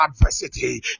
adversity